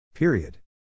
Period